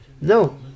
No